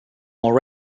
more